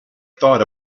thought